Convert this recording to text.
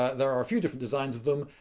ah there are a few different designs of them,